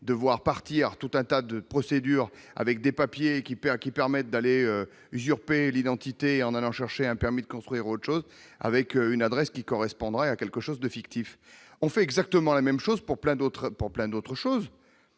de voir partir tout un tas de procédures avec des papiers qui perd, qui permettent d'aller usurpé l'identité en allant chercher un permis de construire autre chose avec une adresse qui correspondrait à quelque chose de fictif, on fait exactement la même chose pour plein d'autres pour